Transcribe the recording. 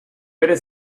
better